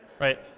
right